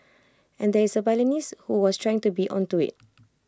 and there is the violinist who was trying to be onto IT